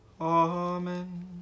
Amen